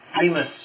famous